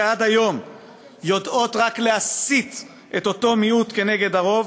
שעד היום יודעות רק להסית את אותו מיעוט כנגד הרוב,